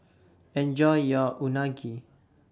Enjoy your Unagi